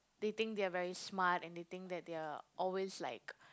they think they are very smart and they think that they are always like